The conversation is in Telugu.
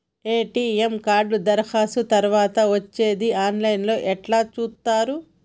ఎ.టి.ఎమ్ కార్డు దరఖాస్తు తరువాత వచ్చేది ఆన్ లైన్ లో ఎట్ల చూత్తరు?